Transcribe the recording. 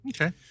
Okay